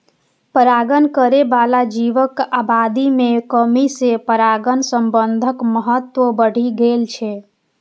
परागण करै बला जीवक आबादी मे कमी सं परागण प्रबंधनक महत्व बढ़ि गेल छै